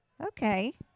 Okay